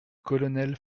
colonel